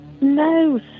No